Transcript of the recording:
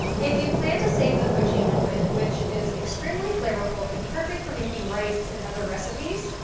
if you plan to save the poaching liquid, which is extremely flavorful and perfect for making rice and other recipes,